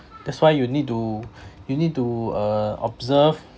that's why you need to you need to uh observe